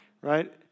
right